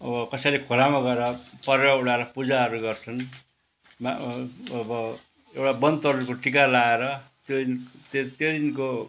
अब केसैले खोलामा गएर परेवा उडाएर पूजाहरू गर्छन् अब एउटा वनतरुलको टिका लाएर त्यो दिन त्यो दिनको